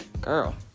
Girl